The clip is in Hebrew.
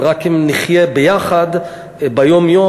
ורק אם נחיה ביחד ביום-יום,